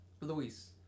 Luis